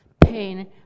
pain